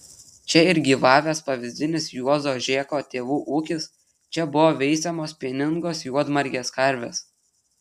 čia ir gyvavęs pavyzdinis juozo žėko tėvų ūkis čia buvo veisiamos pieningos juodmargės karvės